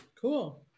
Cool